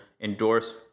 endorse